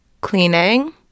cleaning